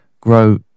grow